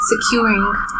securing